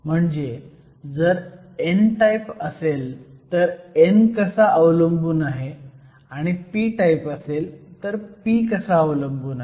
म्हणजे जर n type असेल तर n कसा अवलंबून आहे आणि जर p टाईप असेल तर p कसा अवलंबून आहे